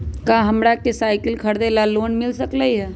का हमरा के साईकिल खरीदे ला लोन मिल सकलई ह?